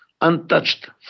untouched